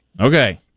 Okay